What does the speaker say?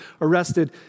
arrested